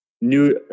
new